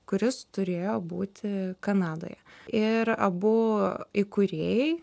kuris turėjo būti kanadoje ir abu įkūrėjai